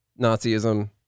Nazism